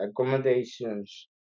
accommodations